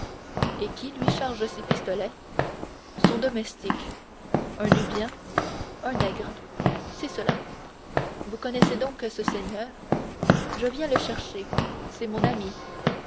et qui lui charge ses pistolets son domestique un nubien un nègre c'est cela vous connaissez donc ce seigneur je viens le chercher c'est mon ami